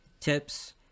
tips